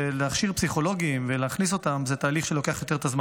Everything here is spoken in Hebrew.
להכשיר פסיכולוגים ולהכניס אותם זה תהליך שלוקח זמן.